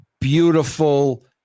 beautiful